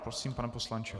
Prosím, pane poslanče.